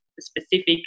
specific